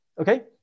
Okay